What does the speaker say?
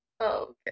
Okay